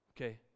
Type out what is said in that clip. okay